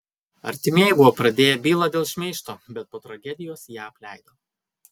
artimieji buvo pradėję bylą dėl šmeižto bet po tragedijos ją apleido